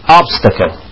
obstacle